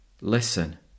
listen